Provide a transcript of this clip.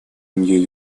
нью